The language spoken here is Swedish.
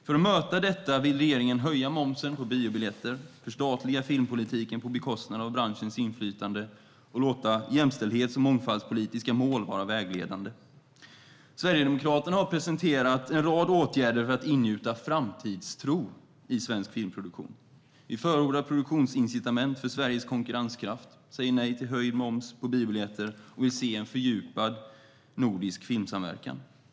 För att möta detta vill regeringen höja momsen på biobiljetter, förstatliga filmpolitiken på bekostnad av branschens inflytande och låta jämställdhets och mångfaldspolitiska mål vara vägledande. Sverigedemokraterna har presenterat en rad åtgärder för att ingjuta framtidstro i svensk filmproduktion. Vi förordar produktionsincitament för Sveriges konkurrenskraft, säger nej till höjd moms på biobiljetter och vill se en fördjupad nordisk filmsamverkan.